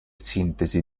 sintesi